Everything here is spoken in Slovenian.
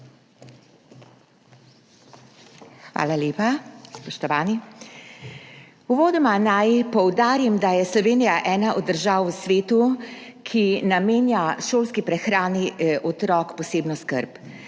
Hvala lepa. Spoštovani! Uvodoma naj poudarim, da je Slovenija ena od držav v svetu, ki namenja šolski prehrani otrok posebno skrb.